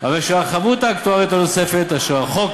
הרי שהחבות האקטוארית הנוספת אשר החוק